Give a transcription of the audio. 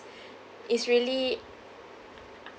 it's really